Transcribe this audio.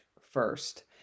first